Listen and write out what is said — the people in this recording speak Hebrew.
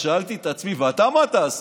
שאלתי את עצמי: ואתה, מה תעשה?